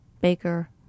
Baker